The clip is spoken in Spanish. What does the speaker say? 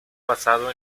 basado